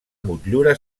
motllura